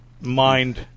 mind